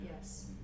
yes